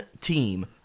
team